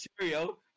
cereal